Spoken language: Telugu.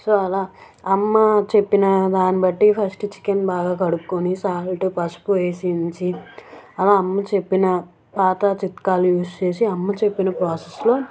సో అలా అమ్మ చెప్పిన దాన్ని బట్టి ఫస్టు చికెన్ బాగా కడుక్కొని సాల్ట్ పసుపు వేసి ఉంచి అలా అమ్మ చెప్పిన పాత చిట్కాలు యూజ్ చేసి అలా అమ్మ చెప్పిన ప్రోసెస్లో